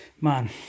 man